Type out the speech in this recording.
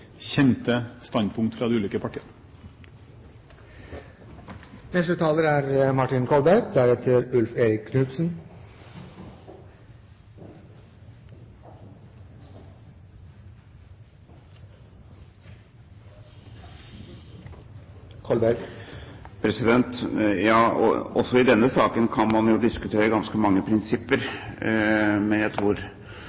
kjente standpunkt fra de ulike partiene. Også i denne saken kan man jo diskutere ganske mange prinsipper,